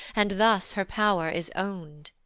and thus her pow'r is own'd.